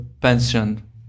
pension